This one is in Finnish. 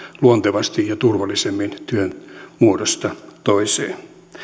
luontevasti ja turvallisemmin työn muodosta toiseen